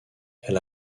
elle